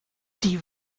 die